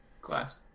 Class